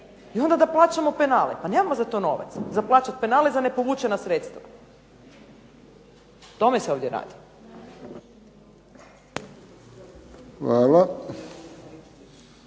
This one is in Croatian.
i onda da plaćamo penale. Pa nemamo za to novaca, za plaćat penale za nepovučena sredstva. O tome se ovdje radi.